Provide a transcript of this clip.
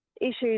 Issues